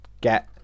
get